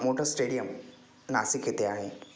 मोठं स्टेडियम नासिक येेथे आहे